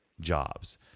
jobs